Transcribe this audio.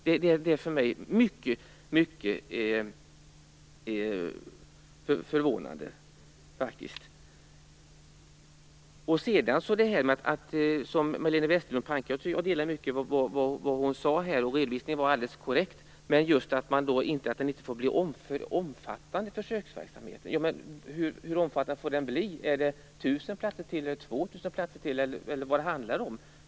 Det är faktiskt mycket förvånande för mig. Jag håller med om mycket av det som Majlene Westerlund Panke sade här. Redovisningen var alldeles korrekt. Men jag förstår inte detta att det inte får bli någon omfattande försöksverksamhet. Hur omfattande får den bli? Handlar det om 1 000 eller 2 000 platser till? Hur många platser handlar det om?